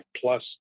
plus